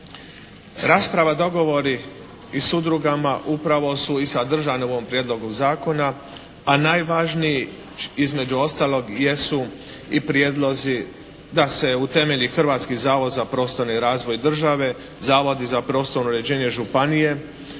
Rasprava, dogovori i s udrugama upravo su i sadržani u ovom prijedlogu zakona, a najvažniji između ostalog i jesu i prijedlozi da se utemelji Hrvatski zavod za prostorni razvoj države, zavodi za prostorno uređenje županije.